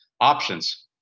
options